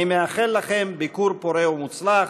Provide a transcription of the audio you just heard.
אני מאחל לכם ביקור פורה ומוצלח.